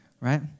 right